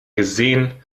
gesehen